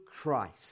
Christ